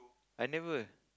I never